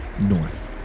north